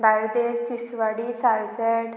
Bardez Tiswadi Salcete